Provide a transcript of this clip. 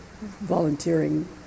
volunteering